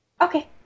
Okay